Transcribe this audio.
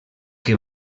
que